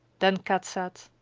then kat said,